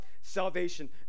salvation